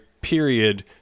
period